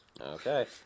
Okay